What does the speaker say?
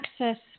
access